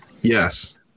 Yes